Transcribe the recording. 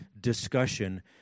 discussion